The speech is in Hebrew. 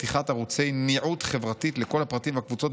פתיחת ערוצי ניעות חברתית לכל הפרטים והקבוצות,